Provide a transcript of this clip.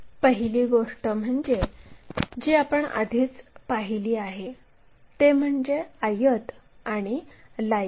तर पहिली गोष्ट म्हणजे जी आपण आधीच पाहिली आहे ते म्हणजे आयत आणि लाईन